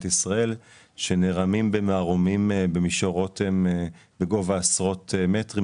ישראל שנערמים במערומים במישור רותם בגובה עשרות מטרים,